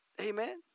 Amen